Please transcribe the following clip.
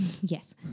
Yes